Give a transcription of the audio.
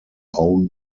own